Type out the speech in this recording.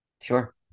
Sure